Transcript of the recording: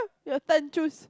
your turn choose